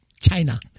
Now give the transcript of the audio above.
China